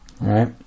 right